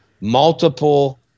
Multiple